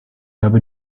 habe